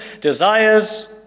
desires